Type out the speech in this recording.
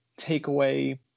takeaway